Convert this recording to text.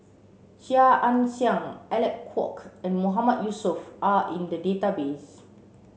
Chia Ann Siang Alec Kuok and Mahmood Yusof are in the database